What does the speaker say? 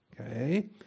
okay